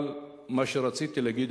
אבל מה שרציתי להגיד,